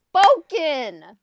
spoken